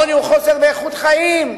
עוני הוא חוסר באיכות חיים,